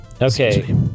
Okay